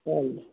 ਹਾਂਜੀ